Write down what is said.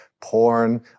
porn